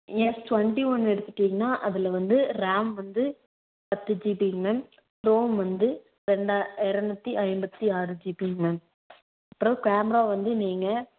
S twenty one எடுத்துகிட்டிங்னா அதில் வந்து ரேம் வந்து பத்து ஜிபிங்க மேம் ரோம் வந்து ரெண்டா இரநூத்தி ஐம்பத்தி ஆறு ஜிபிங்க மேம் அப்புறம் கேமரா வந்து நீங்கள்